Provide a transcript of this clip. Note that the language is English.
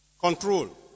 Control